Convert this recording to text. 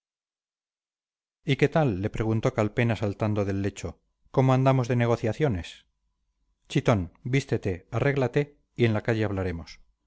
qué tal le preguntó calpena saltando del lecho cómo andamos de negociaciones chitón vístete arréglate y en la calle hablaremos